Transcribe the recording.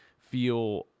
feel